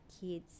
kids